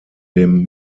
dem